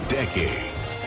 decades